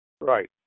Right